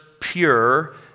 pure